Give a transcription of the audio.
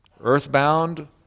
earthbound